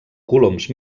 coloms